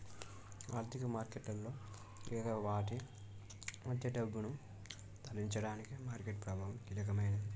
ఆర్థిక మార్కెట్లలో లేదా వాటి మధ్య డబ్బును తరలించడానికి మార్కెట్ ప్రభావం కీలకమైనది